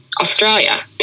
Australia